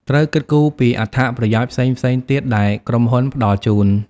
ត្រូវ គិតគូរពីអត្ថប្រយោជន៍ផ្សេងៗទៀត ដែលក្រុមហ៊ុនផ្តល់ជូន។